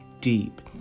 deep